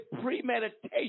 premeditation